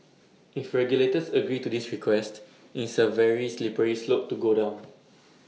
if regulators agree to this request IT is A very slippery slope to go down